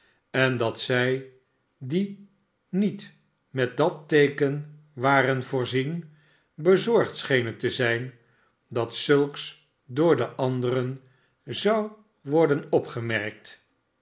en dat zij die niet met dat teeken waren voorzien bezorgd schenen te zijn dat zulks door de anderen zou worden opgemerkt